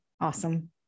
Awesome